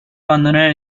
abandonar